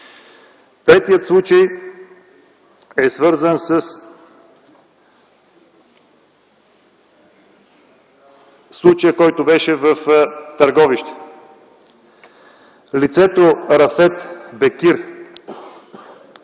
Третият случай, е свързан със случая, който беше в Търговище. Лицето Рафет Бекир,